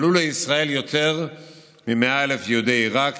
עלו לישראל יותר מ-100,000 יהודי עיראק